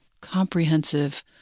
comprehensive